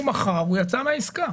הוא מכר, הוא יצא מהעסקה.